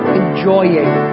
enjoying